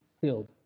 filled